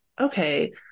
okay